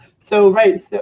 so right,